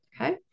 okay